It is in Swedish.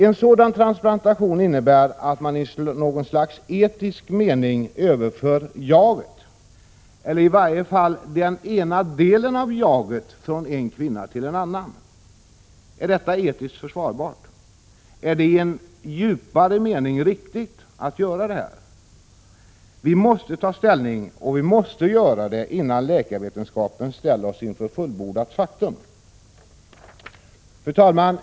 En sådan transplantation innebär att man i något slags etisk mening överför jaget, eller i varje fall den ena delen av jaget, från en kvinna till en annan. Är detta etiskt försvarbart? Är det i en djupare mening riktigt att göra detta? Vi måste ta ställning, och vi måste göra det innan läkarvetenskapen ställer oss inför fullbordat faktum. Fru talman!